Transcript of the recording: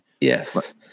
Yes